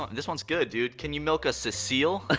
and this one's good, dude. can you milk a cecile? ah